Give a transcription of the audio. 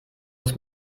muss